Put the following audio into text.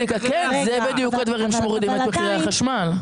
אלה בדיוק הדברים שמורידים את מחיר החשמל.